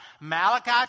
Malachi